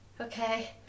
okay